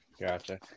Gotcha